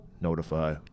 notify